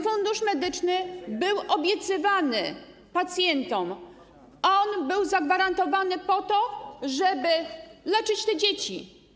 Fundusz Medyczny był obiecywany pacjentom, był gwarantowany po to, żeby leczyć te dzieci.